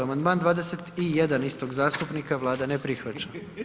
Amandman 21., istog zastupnika, Vlada ne prihvaća.